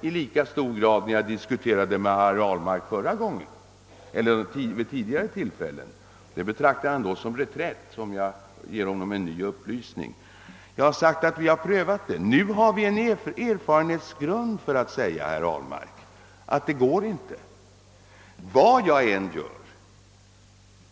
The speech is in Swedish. vid tidigare tillfällen diskuterade detta med herr Ahlmark. Om jag nu ger herr Ahlmark en ny upplysning, så betecknar han det som en reträtt. Vi vet emellertid nu av erfarenhet att den här vägen inte är framkomlig.